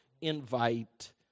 invite